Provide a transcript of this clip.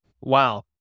Wow